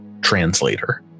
translator